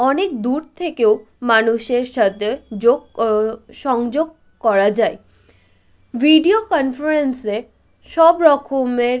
অনেক দূর থেকেও মানুষের সাথে যোগ সংযোগ করা যায় ভিডিও কানফারেন্সে সব রকমের